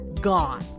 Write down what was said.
Gone